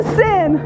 sin